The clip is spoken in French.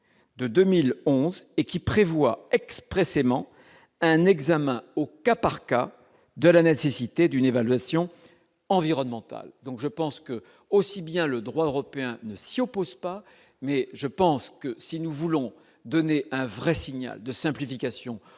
de 2011 et qui prévoit expressément un examen au cas par cas, de la nécessité d'une évaluation environnementale, donc je pense que, aussi bien le droit européen ne s'y oppose pas, mais je pense que si nous voulons donner un vrai signal de simplification qui sont